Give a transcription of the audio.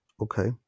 Okay